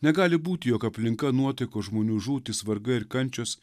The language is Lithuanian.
negali būti jog aplinka nuotaikos žmonių žūtys vargai ir kančios